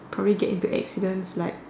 probably get into accidents like